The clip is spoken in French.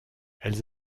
elles